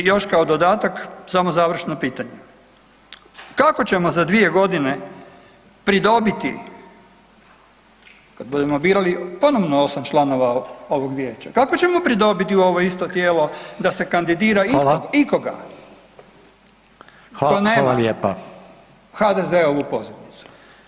I još kao dodatak samo završno pitanje, kako ćemo za 2.g. pridobiti, kad budemo birali ponovno 8 članova ovog vijeća, kako ćemo pridobiti u ovo isto tijelo da se kandidira ikoga [[Upadica: Hvala]] ko nema [[Upadica: Hvala lijepa]] HDZ-ovu pozivnicu.